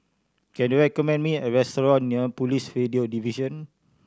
can you recommend me a restaurant near Police Radio Division